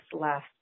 last